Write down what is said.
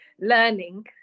learning